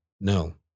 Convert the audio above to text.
No